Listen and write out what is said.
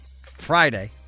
Friday